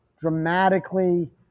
dramatically